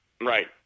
Right